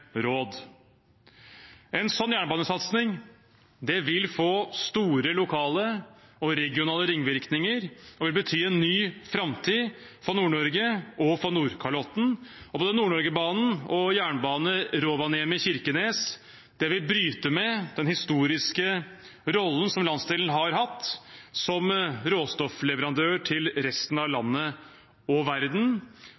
råd. En sånn jernbanesatsing vil få store lokale og regionale ringvirkninger og bety en ny framtid for Nord-Norge og for Nordkalotten. Både Nord-Norge-banen og jernbane Rovaniemi–Kirkenes vil bryte med den historiske rollen som landsdelen har hatt som råstoffleverandør til resten av